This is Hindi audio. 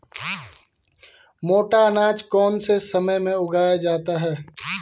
मोटा अनाज कौन से समय में उगाया जाता है?